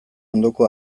ondoko